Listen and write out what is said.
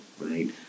right